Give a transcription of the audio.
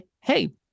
hey